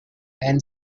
and